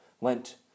Lent